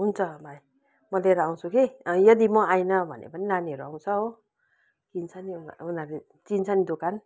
हुन्छ भाइ म लिएर आउँछु कि यदि म आइन भने पनि नानीहरू आउँछ हो चिन्छ नि उनीहरूले चिन्छ नि दोकान